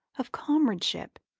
of comradeship,